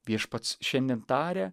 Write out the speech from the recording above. viešpats šiandien taria